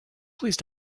please